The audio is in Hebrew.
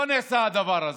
לא נעשה הדבר הזה.